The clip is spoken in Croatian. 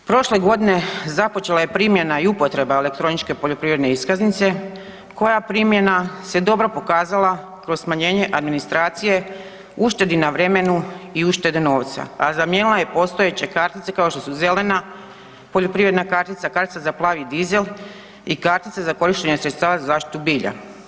Prošle godine započela je primjena i upotreba elektroničke poljoprivredne iskaznice koja primjena se dobro pokazala kroz smanjenje administracije, uštedi na vremenu i uštede novca, a zamijenila je postojeće kartice kao što su zelena poljoprivredna kartica, kartica za plavi dizel i kartica za korištenje sredstava za zaštitu bilja.